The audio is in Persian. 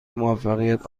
موفقیت